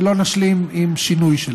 שלא נשלים עם שינוי שלה.